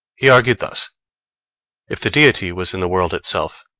he argued thus if the deity was in the world itself,